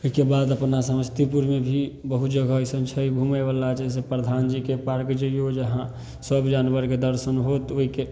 ओहिके बाद अपना समस्तीपुरमे भी बहुत जगह अइसन छै घुमैवला जइसे प्रधानजीके पार्क जइऔ जहाँ सब जानवरके दर्शन हैत ओहिके